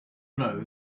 know